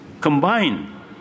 Combine